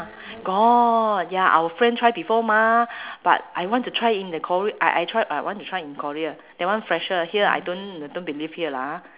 got ya our friend try before mah but I want to try in the kor~ I I try I I want to try in korea that one fresher here I don't don't believe here lah ah